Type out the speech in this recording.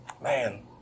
Man